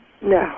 No